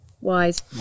wise